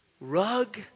rug